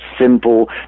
simple